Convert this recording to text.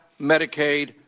Medicaid